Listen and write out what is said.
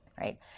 right